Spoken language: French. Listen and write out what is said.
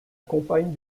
compagne